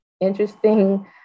interesting